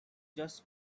just